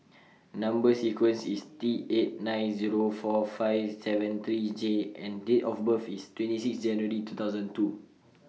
Number sequence IS T eight nine Zero four five seven three J and Date of birth IS twenty six January two thousand and two